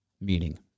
Meaning